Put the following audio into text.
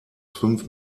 fünf